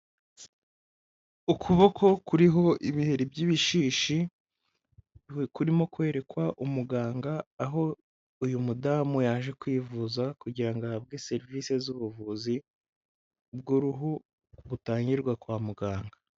Ukuboko kuriho ibiheri by'ibishishi, kurimo kwerekwa umuganga, aho uyu mudamu yaje kwivuza kugira ngo ahabwe serivise z'ubuvuzi bw'uruhu, butangirwa kwa muganga.